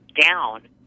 down